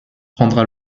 prendra